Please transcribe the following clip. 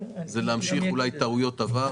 זה אולי להמשיך טעויות עבר,